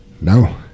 No